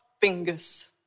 fingers